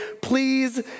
please